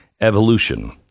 evolution